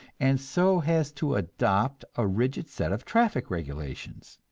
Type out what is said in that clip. and so has to adopt a rigid set of traffic regulations.